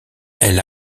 elle